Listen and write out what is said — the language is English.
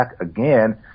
again